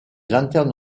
lanterne